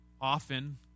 often